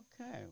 Okay